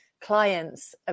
clients